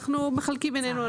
אנחנו מחלקים ביננו,